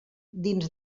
dins